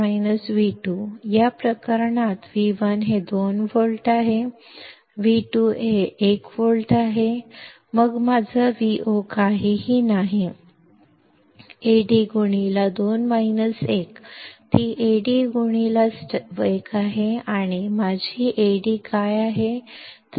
या प्रकरणात V1 हे 2 व्होल्ट आहे V2 हे 1 व्होल्ट आहे मग माझा Vo काहीही नाही Ad ती Ad1 आहे आणि माझी Ad काय आहे